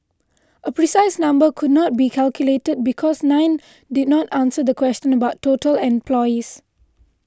a precise number could not be calculated because nine did not answer the question about total employees